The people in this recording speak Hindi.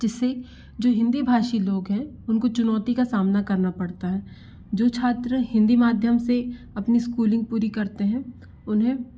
जिससे जो हिन्दी भाषी लोग हैं उनको चुनौती का सामना करना पड़ता है जो छात्र हिन्दी माध्यम से अपनी स्कूलिंग पूरी करते हैं उन्हें